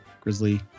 grizzly